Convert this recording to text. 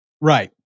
Right